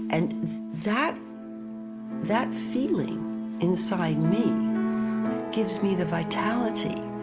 and that that feeling inside me gives me the vitality,